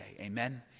amen